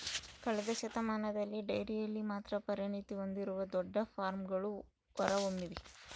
ಕಳೆದ ಶತಮಾನದಲ್ಲಿ ಡೈರಿಯಲ್ಲಿ ಮಾತ್ರ ಪರಿಣತಿ ಹೊಂದಿರುವ ದೊಡ್ಡ ಫಾರ್ಮ್ಗಳು ಹೊರಹೊಮ್ಮಿವೆ